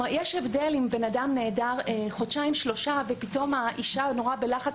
יש הבדל אם אדם נעדר חודשיים שלושה והאשה בלחץ